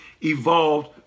evolved